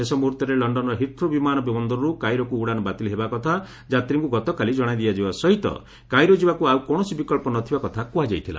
ଶେଷ ମୁହର୍ତ୍ତରେ ଲଣ୍ଡନ୍ର ହିଥ୍ରୋ ବିମାନ ବନ୍ଦରରୁ କାଇରୋକୁ ଉଡାଣ ବାତିଲ୍ ହେବାକଥା ଯାତ୍ରୀଙ୍କୁ ଗତକାଲି ଜଣାଇ ଦିଆଯିବା ସହିତ କାଇରୋ ଯିବାକୃ ଆଉ କୌଣସି ବିକଳ୍ପ ନ ଥିବା କଥା କୁହାଯାଇଥିଲା